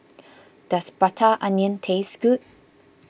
does Prata Onion taste good